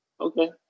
Okay